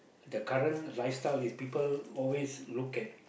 the current lifestyle is people always look at